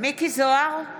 מיקי זוהר,